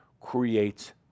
creates